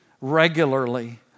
regularly